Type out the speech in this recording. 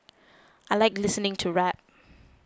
I like listening to rap